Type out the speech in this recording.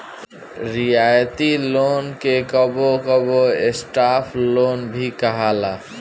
रियायती लोन के कबो कबो सॉफ्ट लोन भी कहाला